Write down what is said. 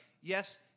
yes